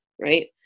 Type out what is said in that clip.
right